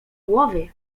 głowy